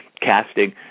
casting